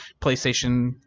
PlayStation